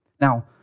Now